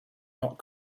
not